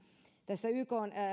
tässä ykn